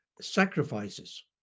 Sacrifices